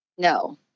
No